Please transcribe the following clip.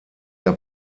der